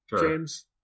James